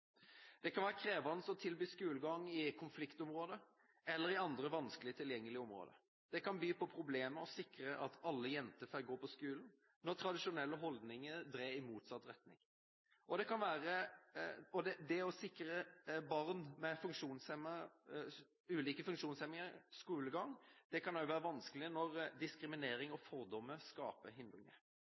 Det kan være krevende å tilby skolegang i konfliktområder eller i andre vanskelig tilgjengelige områder. Det kan by på problemer å sikre at alle jenter får gå på skolen når tradisjonelle holdninger drar i motsatt retning. Det å sikre barn med ulike funksjonshemninger skolegang kan også være vanskelig når diskriminering og fordommer skaper hindringer.